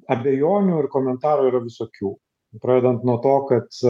abejonių ir komentarų yra visokių pradedant nuo to kad